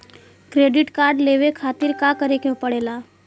Credit card लेवे खातिर का करे के पड़ेला?